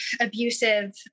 abusive